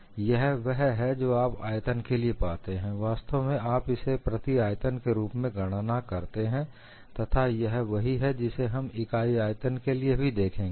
तो यह वह है जो आप आयतन के लिए पाते हैं वास्तव में आप इसे प्रति आयतन के रूप में गणना करते हैं तथा यह वही है जिसे हम इकाई आयतन के लिए भी देखेंगे